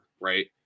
right